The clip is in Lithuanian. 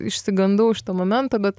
išsigandau šito momento bet